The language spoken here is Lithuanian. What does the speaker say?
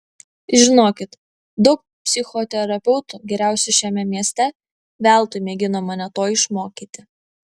žinokit daug psichoterapeutų geriausių šiame mieste veltui mėgino mane to išmokyti